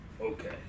Okay